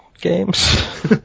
games